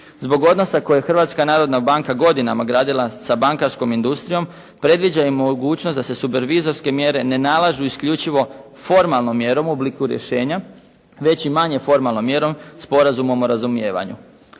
Zbog odnosa koje je Hrvatska narodna banka godinama gradila sa bankarskom industrijom, predviđa i mogućnost da se supervizorske mjere ne nalažu isključivo formalnom mjerom u obliku rješenja, već i manje formalnom mjerom, sporazumom o razumijevanju.